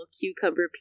cucumber